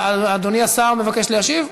אדוני השר מבקש להשיב?